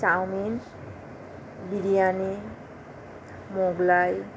chowmein biryani Mughlai